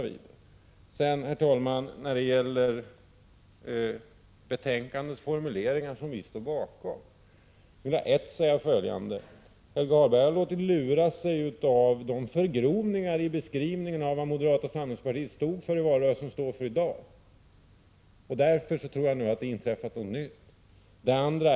När det sedan, herr talman, gäller betänkandets formulering, som vi står bakom, vill jag säga följande: För det första har Helge Hagberg låtit lura sig av de förgrovningar som finns i beskrivningen av vad moderata samlingspartiet har stått för i valrörelsen och står för i dag. Därför tror han nu att det har inträffat något nytt.